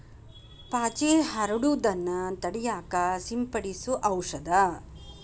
ಪಾಚಿ ಹರಡುದನ್ನ ತಡಿಯಾಕ ಸಿಂಪಡಿಸು ಔಷದ